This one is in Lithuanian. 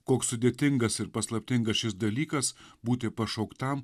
koks sudėtingas ir paslaptingas šis dalykas būti pašauktam